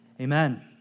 Amen